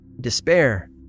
despair